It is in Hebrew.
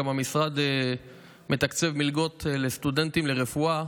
המשרד גם מתקצב מלגות לסטודנטים לרפואה